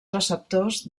receptors